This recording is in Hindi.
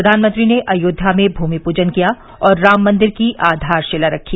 प्रधानमंत्री ने अयोध्या में भूमि पूजन किया और राम मंदिर की आधारशिला रखी